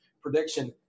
prediction